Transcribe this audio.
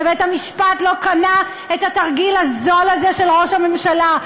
בית-המשפט לא קנה את התרגיל הזול הזה של ראש הממשלה,